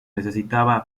necesitaba